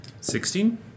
Sixteen